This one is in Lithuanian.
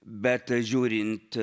bet žiūrint